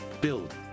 build